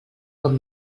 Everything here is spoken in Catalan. com